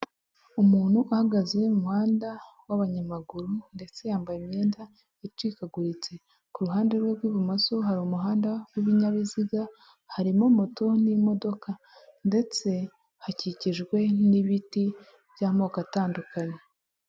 Umuntu uhagaze mu muhanda w'abanyamaguru, ndetse yambaye imyenda yacikaguritse ku ruhande rwe rw'ibumoso hari umuhanda w'ibinyabiziga harimo moto n'imodoka ndetse hakikijwe n'ibiti by'amoko atandukanye.